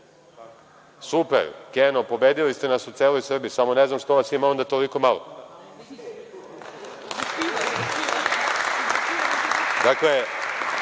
Super, Keno pobedili ste nas u celo Srbiji, samo ne znam zašto vas je onda toliko